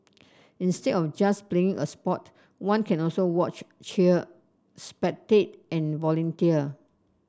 instead of just playing a sport one can also watch cheer spectate and volunteer